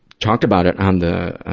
talked about it on the,